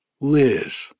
Liz